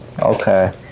Okay